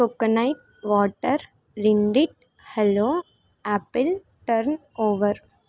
coconut water rind it hello apple turn over